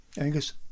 angus